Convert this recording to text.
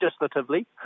Legislatively